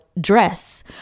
dress